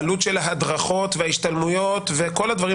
העלות של ההדרכות וההשתלמויות וכל הדברים